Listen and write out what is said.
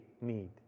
need